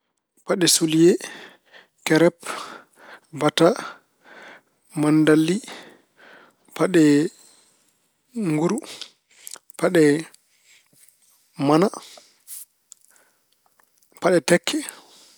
Paɗe suliye, kerep, bata, manndalli, paɗe nguru, paɗe mana, paɗe tekke.